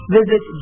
visit